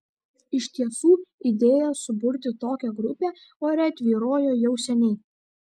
iš tiesų idėja suburti tokią grupę ore tvyrojo jau seniai